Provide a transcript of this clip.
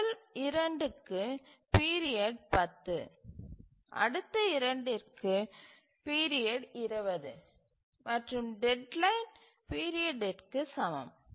முதல் இரண்டுக்கு பீரியட் 10 அடுத்த இரண்டிற்கு 20 மற்றும் டெட்லைன் பீரியடிற்கு சமம்